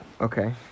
okay